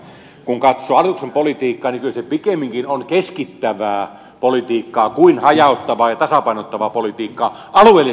kun katsoo hallituksen politiikkaa kyllä se pikemminkin on keskittävää politiikkaa kuin hajauttavaa ja tasapainottavaa politiikkaa alueellisesti ottaen